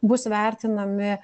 bus vertinami